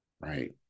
right